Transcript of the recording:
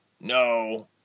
No